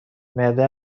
معده